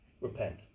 repent